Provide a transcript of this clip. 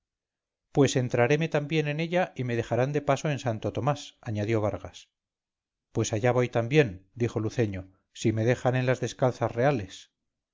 condesa pues entrareme también en ella y me dejarán de paso en santo tomás añadió vargas pues allá voy también dijo luceño si me dejan en las descalzas reales